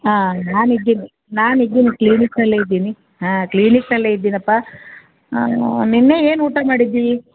ಹಾಂ ನಾನು ಇದ್ದೀನಿ ನಾನು ಇದ್ದೀನಿ ಕ್ಲೀನಿಕ್ಕಿನಲ್ಲೇ ಇದ್ದೀನಿ ಹಾಂ ಕ್ಲೀನಿಕ್ಕಿನಲ್ಲೇ ಇದ್ದೀನಪ್ಪ ನಿನ್ನೆ ಏನು ಊಟ ಮಾಡಿದಿರಿ